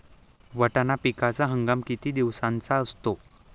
वाटाणा पिकाचा हंगाम किती दिवसांचा असतो?